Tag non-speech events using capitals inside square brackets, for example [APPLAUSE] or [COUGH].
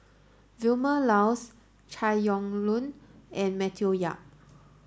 Vilma Laus Chai Yoong [UNINTELLIGIBLE] and Matthew Yap